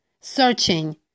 searching